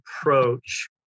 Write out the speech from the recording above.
approach